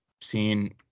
seen –